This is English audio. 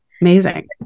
amazing